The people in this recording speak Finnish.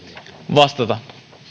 vastata kiitos